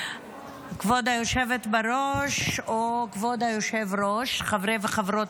כבוד היושבת בראש או כבוד היושב-ראש, חברי וחברות